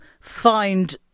find